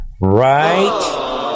right